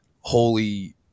holy